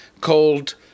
called